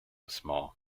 small